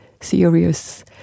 serious